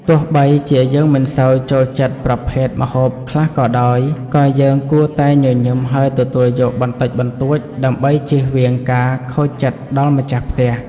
ទោះបីជាយើងមិនសូវចូលចិត្តប្រភេទម្ហូបខ្លះក៏ដោយ ក៏យើងគួរតែញញឹមហើយទទួលយកបន្តិចបន្តួចដើម្បីជៀសវាងការខូចចិត្តដល់ម្ចាស់ផ្ទះ។